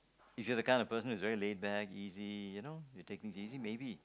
if you're the kind of person who's very laid back easy you know you take things easy maybe